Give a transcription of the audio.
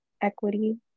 Equity